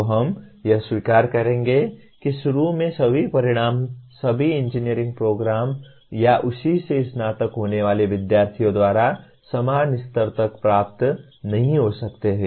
तो हम यह स्वीकार करेंगे कि शुरू में सभी परिणाम सभी इंजीनियरिंग प्रोग्राम या उसी से स्नातक होने वाले विद्यार्थियों द्वारा समान स्तर तक प्राप्त नहीं हो सकते हैं